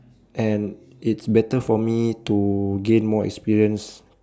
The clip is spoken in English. and it's better for me to gain more experience